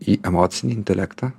į emocinį intelektą